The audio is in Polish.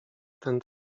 ten